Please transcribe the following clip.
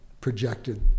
projected